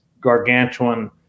gargantuan